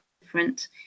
different